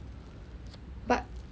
but